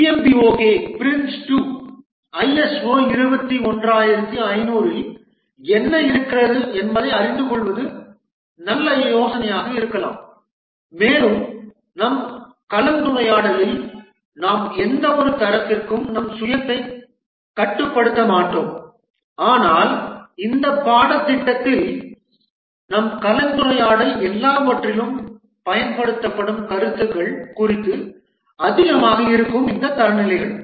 PMBOK PRINCE2 ISO 21500 இல் என்ன இருக்கிறது என்பதை அறிந்து கொள்வது நல்ல யோசனையாக இருக்கலாம் மேலும் நம் கலந்துரையாடலில் நாம் எந்தவொரு தரத்திற்கும் நம் சுயத்தை கட்டுப்படுத்த மாட்டோம் ஆனால் இந்த பாடத்திட்டத்தில் நம் கலந்துரையாடல் எல்லாவற்றிலும் பயன்படுத்தப்படும் கருத்துகள் குறித்து அதிகமாக இருக்கும் இந்த தரநிலைகள்